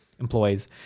employees